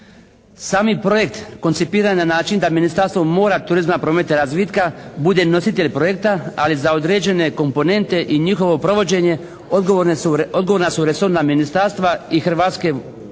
Sam je projekt koncipiran na način da Ministarstvo mora, turizma, prometa i razvitka bude nositelj projekta ali za određene komponente i njihovo provođenje odgovorna su resorna ministarstva i Hrvatske vode.